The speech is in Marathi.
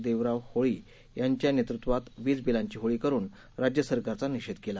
देवराव होळी यांच्या नेतृत्वात वीज बिलांची होळी करुन राज्य सरकारचा निषेध केला